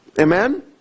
Amen